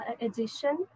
edition